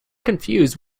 confused